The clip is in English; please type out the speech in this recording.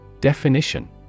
Definition